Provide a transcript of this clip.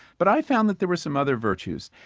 but i found that there were some other virtues